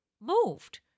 moved